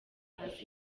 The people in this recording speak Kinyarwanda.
hasi